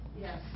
Yes